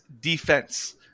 defense